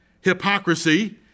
hypocrisy